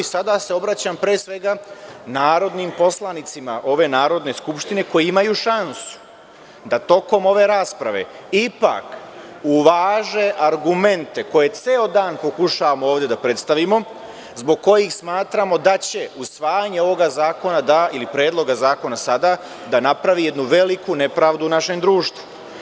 Sada se obraćam, pre svega, narodnim poslanicima ove Narodne skupštine koji imaju šansu da tokom ove rasprave ipak uvaže argumente koje ceo dan pokušavamo ovde da predstavimo, zbog kojih smatramo da će usvajanje ovog zakona, ili predloga zakona sada, da napravi jednu veliku nepravdu u našem društvu.